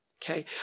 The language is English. Okay